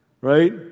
right